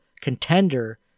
contender